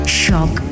shock